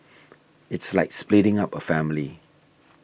it's like splitting up a family